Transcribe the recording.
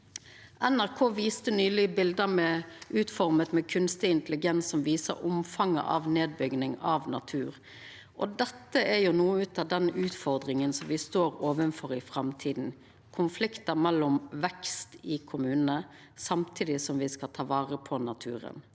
NRK viste nyleg bilde forma med kunstig intelligens som syner omfanget av nedbygging av natur. Dette er noko av den utfordringa me står overfor i framtida – konflikten mellom vekst i kommunane og at me samtidig skal ta vare på naturen.